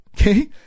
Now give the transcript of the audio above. Okay